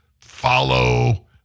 Follow